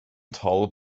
toll